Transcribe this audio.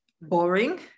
boring